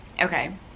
okay